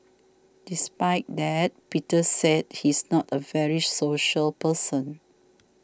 despite that Peter said he's not a very social person